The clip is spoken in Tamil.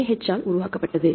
NIH ஆல் உருவாக்கப்பட்டது